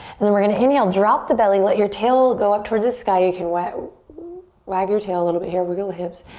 and then we're gonna inhale, drop the belly. let your tail go up towards the sky. you can wag your tail a little bit here, wiggle the hips.